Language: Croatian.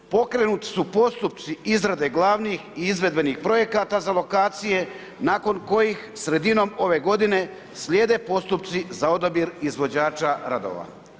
Pokrenuti su postupci izrade glavnih izvedbenih projekata za lokacije, nakon kojih sredinom ove godine slijede postupci za odabir izvođača radova.